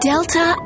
Delta